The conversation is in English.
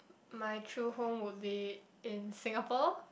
my true home would be in Singapore